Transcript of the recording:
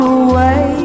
away